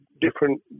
different